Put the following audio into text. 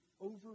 over